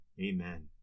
Amen